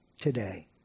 today